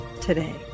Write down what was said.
today